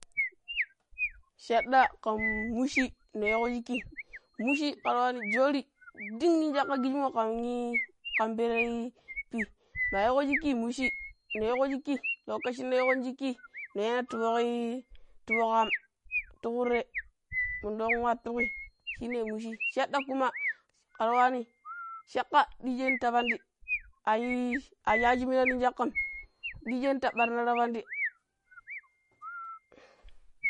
Chaɗɗa kan mushi ne weh ko chiki, mushi kar wani jori ɗin nin chacka kijimo ƙan ii ƙan per ɓi ma wehƙo chicki mushi, ne weh ko chicki loko shi shene weƙon chicki ni wehnah ti fock, ii ti fock am tuku tureh mundock wa tukui shine mushii chaɗɗa kuma kar wani chack ɗijeni ta pandi aii a shassi mina non chackam dijeni ta ɓarnah ta pandi.